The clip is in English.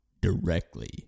directly